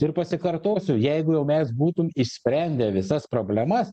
ir pasikartosiu jeigu jau mes būtum išsprendę visas problemas